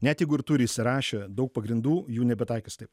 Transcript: net jeigu ir turi įsirašę daug pagrindų jų nebetaikys taip